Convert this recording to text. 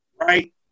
right